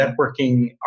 networking